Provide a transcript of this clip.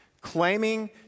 claiming